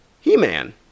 He-Man